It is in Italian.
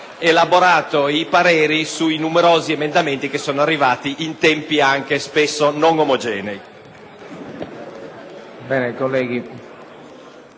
elaborato i pareri sui numerosi emendamenti, che spesso sono arrivati in tempi anche non omogenei.